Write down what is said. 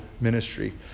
ministry